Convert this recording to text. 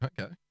Okay